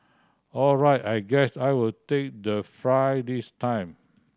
all right I guess I'll take the fry this time